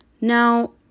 Now